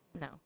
No